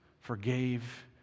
forgave